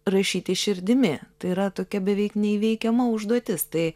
rašyti širdimi tai yra tokia beveik neįveikiama užduotis tai